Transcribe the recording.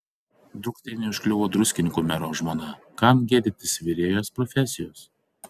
drukteiniui užkliuvo druskininkų mero žmona kam gėdytis virėjos profesijos